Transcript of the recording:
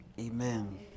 Amen